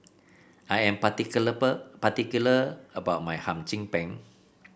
I'm particular about my Hum Chim Peng